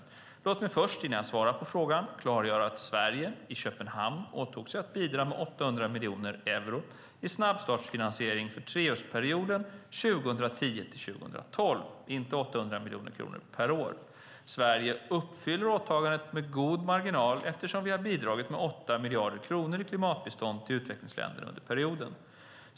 Låt mig först, innan jag svarar på frågan, klargöra att Sverige i Köpenhamn åtog sig att bidra med 800 miljoner euro i snabbstartsfinansiering för treårsperioden 2010-2012, inte 800 miljoner euro per år. Sverige uppfyller åtagandet med god marginal eftersom vi har bidragit med 8 miljarder kronor i klimatbistånd till utvecklingsländer under perioden.